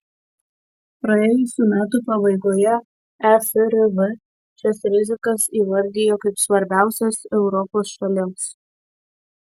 praėjusių metų pabaigoje esrv šias rizikas įvardijo kaip svarbiausias europos šalims